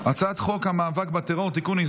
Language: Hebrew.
הצעת חוק המאבק בטרור (תיקון,